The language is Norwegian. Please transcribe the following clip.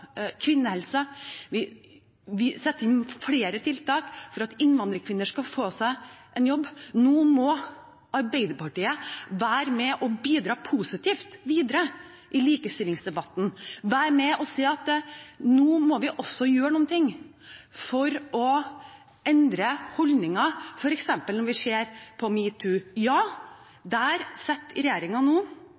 kvinnehelse. Vi setter inn flere tiltak for at innvandrerkvinner skal få seg en jobb. Nå må Arbeiderpartiet være med og bidra positivt videre i likestillingsdebatten, være med og se at nå må vi også gjøre noe for å endre holdninger, f.eks. når vi ser på metoo-kampanjen. Ja, der setter regjeringen nå